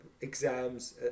exams